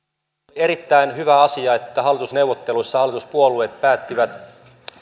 erittäin hyvä asia että hallitusneuvotteluissa hallituspuolueet päättivät